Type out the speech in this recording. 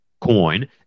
coin